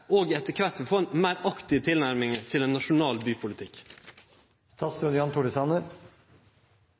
etter kvart òg vil få ei meir aktiv tilnærming til ein nasjonal